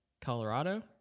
Colorado